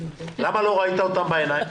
למה לא ראית אותם בעיניים?